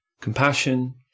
compassion